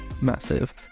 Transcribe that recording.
massive